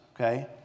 okay